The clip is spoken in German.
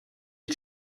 ich